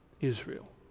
Israel